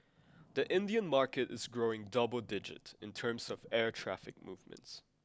the Indian market is growing double digit in terms of air traffic movements